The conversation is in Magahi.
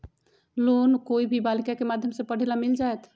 लोन कोई भी बालिका के माध्यम से पढे ला मिल जायत?